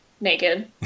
naked